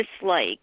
dislike